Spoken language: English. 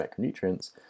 macronutrients